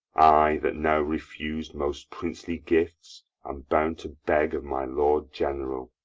i, that now refus'd most princely gifts, am bound to beg of my lord general.